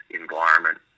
environment